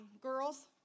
girls